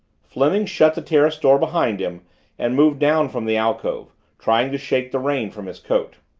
fleming shut the terrace door behind him and moved down from the alcove, trying to shake the rain from his coat.